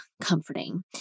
comforting